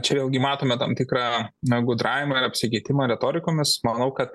čia vėlgi matome tam tikrą gudravimą ir apsikeitimą retorikomis manau kad